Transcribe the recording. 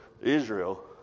Israel